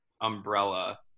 umbrella